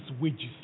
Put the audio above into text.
wages